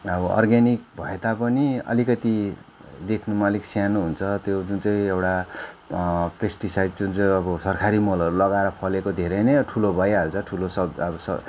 अब अर्ग्यनिक भए तापनि अलिकति देख्नुमा अलिक सानो हुन्छ त्यो जुन चाहिँ एउटा पेस्टिसाइड जुन चाहिँ अब सरकारी मलहरू लगाएर फलेको धेरै नै ठुलो भइहाल्छ ठुलो सब अब सब